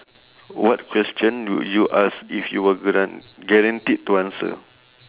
what question would you ask if you were guar~ guaranteed to answer